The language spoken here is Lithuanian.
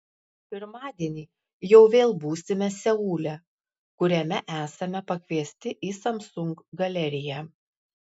pirmadienį jau vėl būsime seule kuriame esame pakviesti į samsung galeriją